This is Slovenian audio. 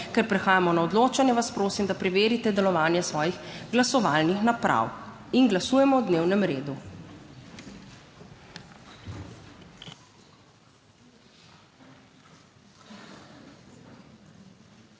Ker prehajamo na odločanje, vas prosim, da preverite delovanje svojih glasovalnih naprav in glasujemo o dnevnem redu.